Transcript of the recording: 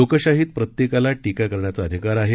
लोकशाहीत प्रत्येकाला टीका करण्याचा अधिकार आहे